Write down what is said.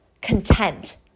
content